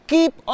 Keep